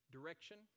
Direction